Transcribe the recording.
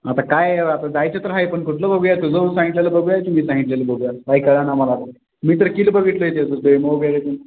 आता काय आता जायचं तर आहे पण कुठलं बघूया तुझं सांगितलेलं बघूया की मी सांगितलेलं बघूया काही कळेना मला मी तर किल बघितलं त्याचं प्रोमो वगैरे पण